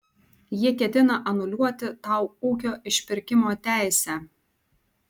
jie ketina anuliuoti tau ūkio išpirkimo teisę